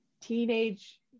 teenage